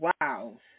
wow